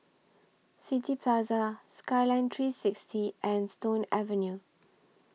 City Plaza Skyline three sixty and Stone Avenue